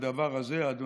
כדבר הזה, אדוני,